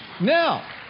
Now